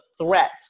threat